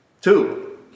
Two